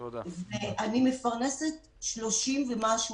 ואני מפרנסת שלושים ומשהו